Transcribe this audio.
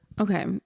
okay